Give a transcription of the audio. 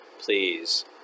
please